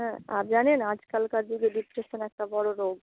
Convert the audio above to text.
হ্যাঁ আর জানেন আজকালকার যুগে ডিপ্রেশন একটা বড় রোগ